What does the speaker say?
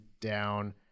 down